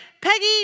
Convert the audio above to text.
Peggy